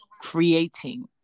creating